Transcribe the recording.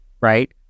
Right